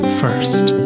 first